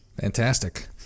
Fantastic